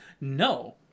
No